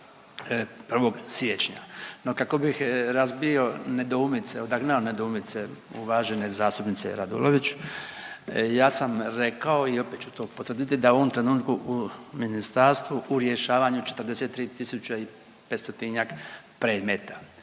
1. siječnja. No, kako bih razbio nedoumice, odagnao nedoumice uvažene zastupnice Radolović ja sam rekao i opet ću to potvrditi da je u ovom trenutku u ministarstvu u rješavanju 43 tisuće